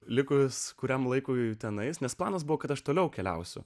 likus kuriam laikui tenais nes planas buvo kad aš toliau keliausiu